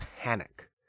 panic